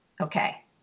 Okay